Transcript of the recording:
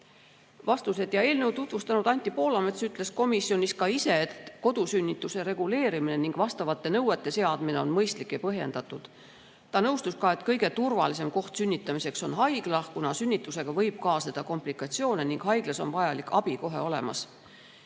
vastused. Eelnõu tutvustanud Anti Poolamets ütles komisjonis ka ise, et kodusünnituse reguleerimine ning vastavate nõuete seadmine on mõistlik ja põhjendatud. Ta nõustus ka, et kõige turvalisem koht sünnitamiseks on haigla, kuna sünnitusega võib kaasneda komplikatsioone ning haiglas on vajalik abi kohe olemas.